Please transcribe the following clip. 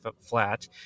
flat